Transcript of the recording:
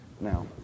Now